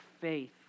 faith